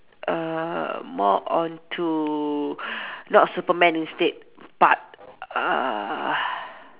err more onto not Superman instead but uh